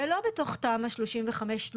ולא מתוך תמ"א 35 לוח2,